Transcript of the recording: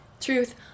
truth